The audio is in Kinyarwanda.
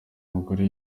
mugore